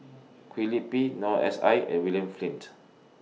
Kwee Lip Pee Noor S I and William Flint